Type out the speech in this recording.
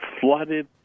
flooded